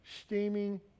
steaming